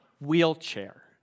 wheelchair